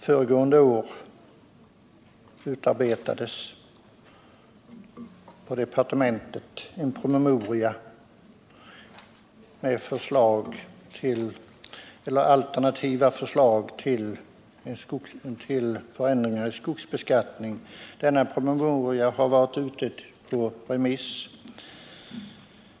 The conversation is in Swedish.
Föregående år utarbetades på departementet en promemoria med alternativa förslag till förändringar i skogsbeskattningen. Denna promemoria har varit ute på remiss.